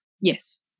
Yes